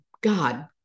God